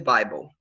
Bible